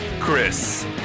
Chris